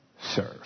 serve